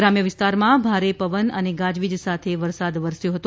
ગ્રામ્ય વિસ્તારમાં ભારે પવન અને ગાજવીજ સાથે વરસાદ વરસ્યો હતો